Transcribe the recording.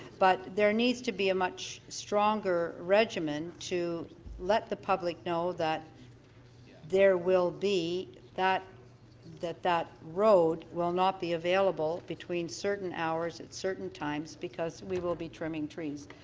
but there needs to be a much stronger regimen to let the public know that there will be that that that road will not be available between certain hours at certain times because we will be trimming trees.